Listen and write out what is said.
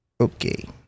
Okay